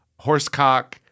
Horsecock